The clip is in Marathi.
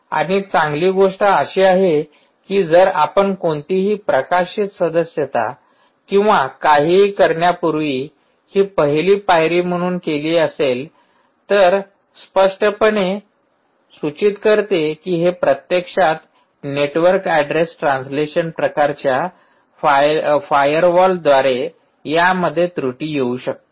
आणि चांगली गोष्ट अशी आहे की जर आपण कोणतीही प्रकाशित सदस्यता किंवा काहीही करण्यापूर्वी हि पहिली पायरी म्हणून केले असेल तर हे स्पष्टपणे सूचित करते की हे प्रत्यक्षात नेटवर्क अॅड्रेस ट्रान्सलेशन प्रकारच्या फायरवॉलद्वारे यामध्ये त्रुटी येऊ शकते